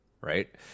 Right